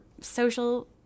social